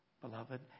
beloved